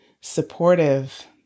supportive